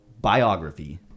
biography